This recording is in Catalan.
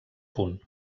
punt